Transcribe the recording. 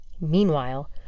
Meanwhile